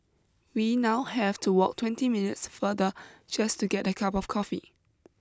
we now have to walk twenty minutes farther just to get a cup of coffee